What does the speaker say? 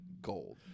gold